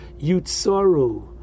yutsaru